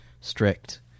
Strict